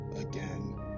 again